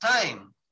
time